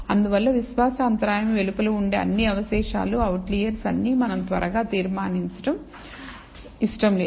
అందువల్ల విశ్వాస అంతరాయం వెలుపల ఉండే అన్ని అవశేషాలు అవుట్లెర్స్ అని మనం త్వరగా తీర్మానించడం ఇష్టం లేదు